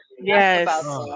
yes